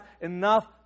enough